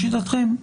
לשיטתכם,